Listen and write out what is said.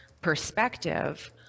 perspective